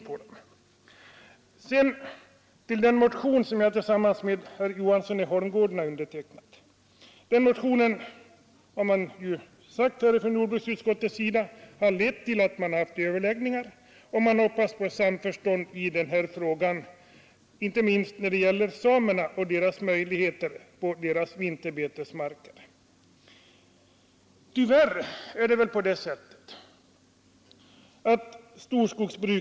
Jordbruksutskottet säger, att den motion herr Johansson i Holmgården och jag väckt tillsammans har lett till, att man har haft överläggningar med berörda parter. Man uttrycker förhoppningar om samförstånd i den här frågan, inte minst när det gäller samerna och möjligheterna för dem att utnyttja sina vinterbetesmarker.